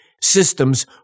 systems